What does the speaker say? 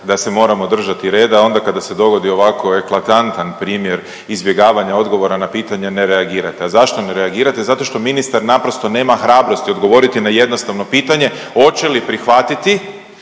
da se moramo držati reda, a onda kada se dogodi ovako eklatantan primjer izbjegavanja odgovora na pitanje, ne reagirate. A zašto ne reagirate? Zato što ministar naprosto nema hrabrosti odgovoriti na jednostavno pitanje hoće li prihvatiti